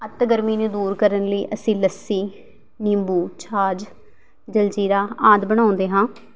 ਅੱਤ ਗਰਮੀ ਨੂੰ ਦੂਰ ਕਰਨ ਲਈ ਅਸੀਂ ਲੱਸੀ ਨਿੰਬੂ ਛਾਜ ਜਲ ਜ਼ੀਰਾ ਆਦਿ ਬਣਾਉਂਦੇ ਹਾਂ